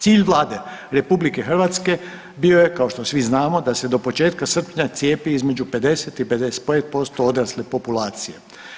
Cilj Vlade RH bio je, kao što svi znamo, da se do početka srpnja cijepi između 50 i 55% odrasle populacije.